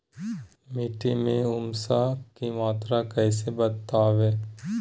मिट्टी में ऊमस की मात्रा कैसे बदाबे?